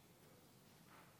שלוש דקות